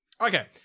okay